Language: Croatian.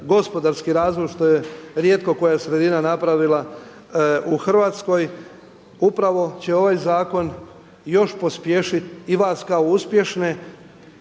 gospodarski razvoj što je rijetko koja sredina napravila u Hrvatskoj upravo će ovaj zakon još pospješiti i vas kao uspješnog